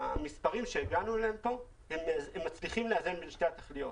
המספרים אליהם הגענו אליהם כאן הם מצליחים לאזן בין שתי התכליות.